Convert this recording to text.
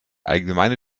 allgemeine